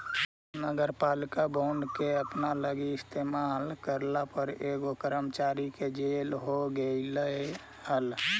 नगरपालिका बॉन्ड के अपना लागी इस्तेमाल करला पर एगो कर्मचारी के जेल हो गेलई हल